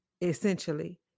essentially